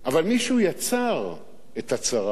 אבל מישהו יצר את הצרה הזאת.